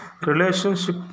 relationship